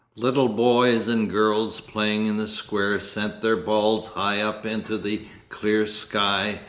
little boys and girls playing in the square sent their balls high up into the clear sky,